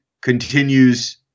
continues